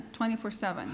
24-7